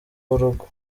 w’urugo